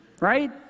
right